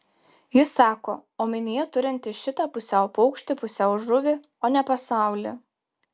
jis sako omenyje turintis šitą pusiau paukštį pusiau žuvį o ne pasaulį